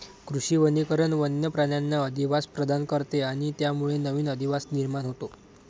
कृषी वनीकरण वन्य प्राण्यांना अधिवास प्रदान करते आणि त्यामुळे नवीन अधिवास निर्माण होतो